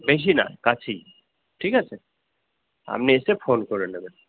বেশি না কাছেই ঠিক আছে আপনি এসে ফোন করে নেবেন